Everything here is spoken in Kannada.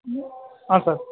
ಹಾಂ ಸರ್